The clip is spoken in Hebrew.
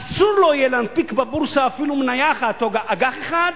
יהיה אסור לו להנפיק בבורסה אפילו מניה אחת או אג"ח אחד,